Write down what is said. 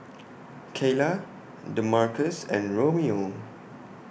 Kaylah Damarcus and Romeo